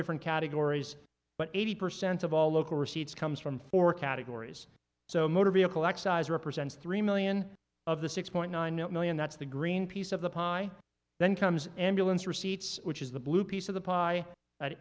different categories but eighty percent of all local receipts comes from four categories so motor vehicle excise represents three million of the six point nine million that's the green piece of the pie then comes and dylan's receipts which is the blue piece of the pie that